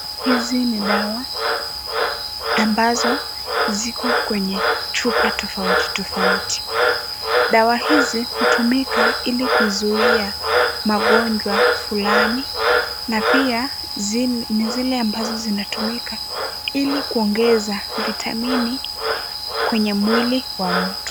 Hizi ni dawa, ambazo ziko kwenye chupa tofauti tofauti. Dawa hizi hutumika ili kuzuia magonjwa fulani, na pia ni zile ambazo zinatumika ili kuongeza vitamini kwenye mwili wa mtu.